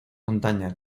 montañas